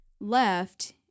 left